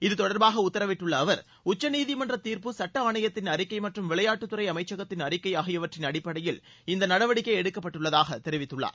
இத்தொடர்பாக உத்தரவிட்டுள்ள அவர் உச்சநீதிமன்ற தீர்ப்பு சுட்ட ஆணையத்தின் அறிக்கை மற்றும் விளையாட்டுத்துறை அமைச்சகத்தின் அறிக்கை ஆகியவற்றின் அடிப்படையில் இந்த நடவடிக்கை எடுக்கப்பட்டுள்ளதாக தெரிவித்துள்ளார்